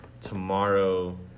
tomorrow